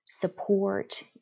support